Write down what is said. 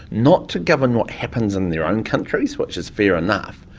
not to govern what happens in their own countries, which is fair enough,